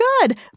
good